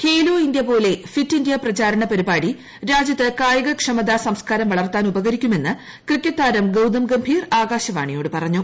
Khelo India പോലെ fit India പ്രചാരണ പരിപാടി രാജ്യത്ത് കായികക്ഷമതാ സംസ്കാരം വളർത്താൻ ഉപകരിക്കുമെന്ന് ക്രിക്കറ്റ് താരം ഗൌതം ഗംഭീർ ആകാശവാണിയോട് പറഞ്ഞു